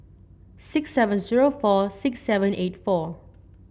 six seven zero four six seven eight four